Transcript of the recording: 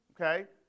Okay